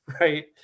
right